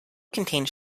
contained